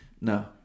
No